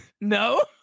No